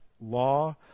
law